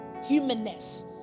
humanness